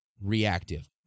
reactive